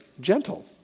gentle